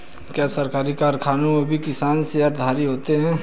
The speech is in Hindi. क्या सरकारी कारखानों में भी किसान शेयरधारी होते हैं?